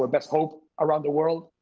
but best hope around the world.